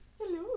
Hello